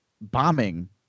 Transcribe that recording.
bombing